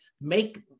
make